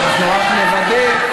אנחנו נעבור להצבעה.